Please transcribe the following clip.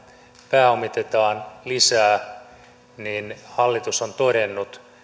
pääomitetaan lisää hallitus on todennut